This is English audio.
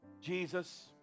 Jesus